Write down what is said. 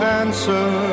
answer